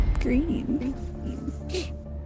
green